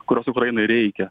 kurios ukrainai reikia